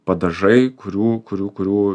padažai kurių kurių kurių